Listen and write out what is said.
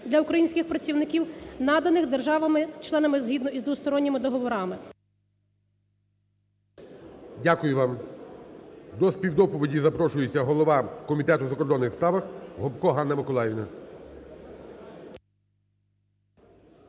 для українських працівників, наданих державами-членами згідно із двосторонніми договорами… ГОЛОВУЮЧИЙ. Дякую вам. До співдоповіді запрошується голова Комітету у закордонних справах Гопко Ганна Миколаївна.